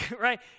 Right